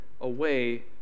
away